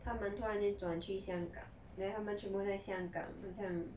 他们突然间转去香港 then 他们全部在香港很像